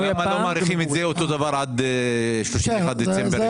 למה לא מאריכים את זה עד 31 בדצמבר 2030?